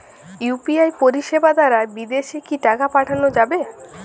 UPI পরিষেবা দারা বিদেশে কি টাকা পাঠানো যাবে?